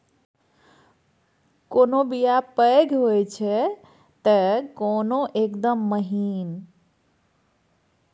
कोनो बीया पैघ होई छै तए कोनो एकदम महीन